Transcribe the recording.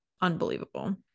Unbelievable